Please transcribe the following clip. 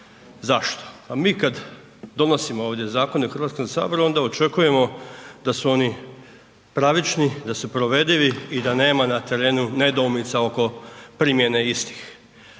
Zašto? Pa mi kad donosimo ovdje zakone u Hrvatskom saboru, onda očekujemo da su oni pravični, da su provedivi i da nema na terenu nedoumica oko primjene istih.